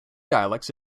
dialects